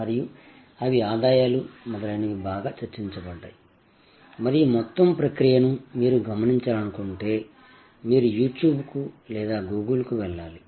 మరియు అవి ఆదాయాలు మొదలైనవి బాగా చర్చించబడ్డాయి మరియు మొత్తం ప్రక్రియను మీరు గమనించాలనుకుంటే మీరు యూ ట్యూబ్కు లేదా గూగుల్కి వెళ్లాలి